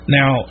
now